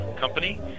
company